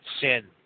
sin